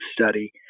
study